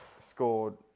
Scored